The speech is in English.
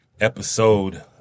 Episode